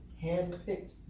handpicked